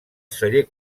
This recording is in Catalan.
celler